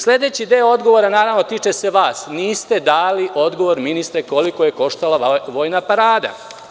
Sledeći deo odgovora tiče se vas, niste dali odgovor, ministre, koliko je koštala Vojna parada.